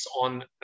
on